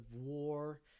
war